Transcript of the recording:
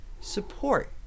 support